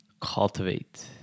cultivate